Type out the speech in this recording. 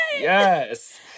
Yes